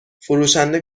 فروشنده